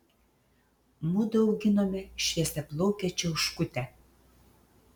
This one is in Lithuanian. mudu auginome šviesiaplaukę čiauškutę